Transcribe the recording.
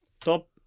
top